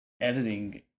editing